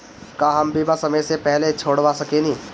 का हम बीमा समय से पहले छोड़वा सकेनी?